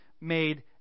made